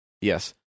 Yes